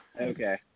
Okay